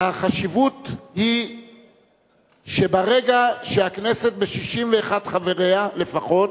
החשיבות היא שברגע שהכנסת ב-61 חבריה לפחות